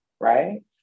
right